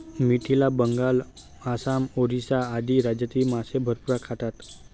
मिथिला, बंगाल, आसाम, ओरिसा आदी राज्यांतही मासे भरपूर खातात